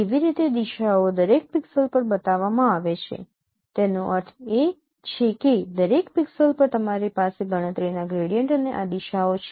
કેવી રીતે દિશાઓ દરેક પિક્સેલ્સ પર બતાવવામાં આવે છે તેનો અર્થ એ છે કે દરેક પિક્સેલ પર તમારી પાસે ગણતરીના ગ્રેડિયન્ટ અને આ દિશાઓ છે